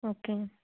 okay